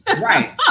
right